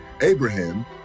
Abraham